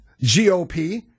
GOP